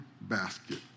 basket